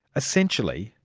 essentially,